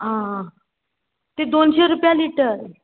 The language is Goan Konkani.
आं आं ते दोनशे रुपया लिटर